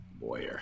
Boyer